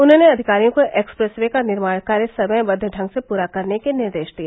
उन्होंने अधिकारियों को एक्सप्रेस वे का निर्माण कार्य समयबद्ध ढंग से पूरा करने के निर्देश दिए